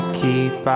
keep